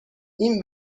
این